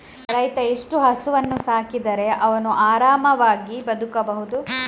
ರೈತ ಎಷ್ಟು ಹಸುವನ್ನು ಸಾಕಿದರೆ ಅವನು ಆರಾಮವಾಗಿ ಬದುಕಬಹುದು?